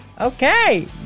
okay